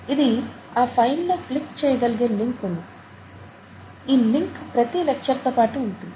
ఇది ఆ ఫైల్ లో క్లిక్ చేయగలిగే లింక్ ఉంది ఈ లింక్ ప్రతి లెక్చర్తో పాటు ఉంటుంది